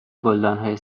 گلدانهای